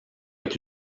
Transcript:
est